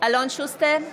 אלון שוסטר,